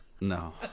No